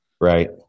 Right